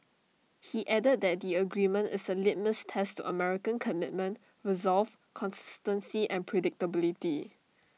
he added that the agreement is A litmus test to American commitment resolve consistency and predictability